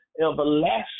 everlasting